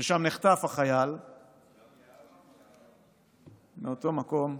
ששם נחטף החייל מאותו מקום,